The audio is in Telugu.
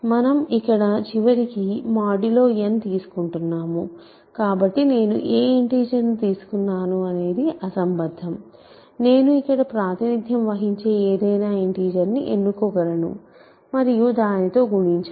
మనం ఇక్కడ చివరికి మాడ్యులో n తీసుకుంటున్నాము కాబట్టి నేను ఏ ఇంటిజర్ తీసుకున్నాను అనేది అసంబద్ధం నేను ఇక్కడ ప్రాతినిధ్యం వహించే ఏదైనా ఇంటిజర్ని ఎన్నుకోగలను మరియు దానితో గుణించాలి